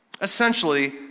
essentially